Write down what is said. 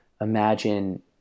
Imagine